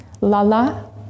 Lala